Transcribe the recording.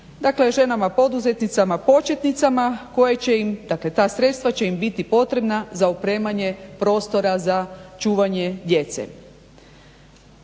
ženama poduzetnicama početnicama koja će im dakle ta sredstva će im biti potrebna za opremanje prostora za čuvanje djece.